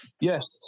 Yes